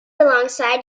alongside